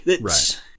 Right